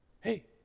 Hey